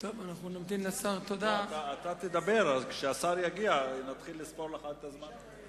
אתה תדבר, וכשהשר יגיע נתחיל לספור לך את הזמן.